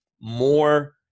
more